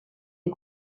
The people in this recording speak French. des